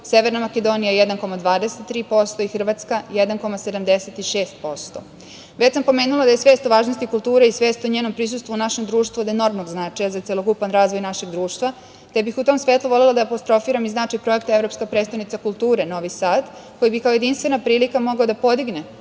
Severna Makedonija 1,23% i Hrvatska 1,76%.Već sam pomenula da je svest o važnosti kulture i svest o njenom prisustvu u našem društvu od enormnog značaja za celokupan razvoj našeg društva, te bih u tom svetlu volela da apostrofiram i značaj projekta „Evropska prestonica kulture - Novi Sad“, koji bi kao jedinstvena prilika mogao da podigne